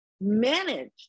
manage